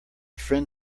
friend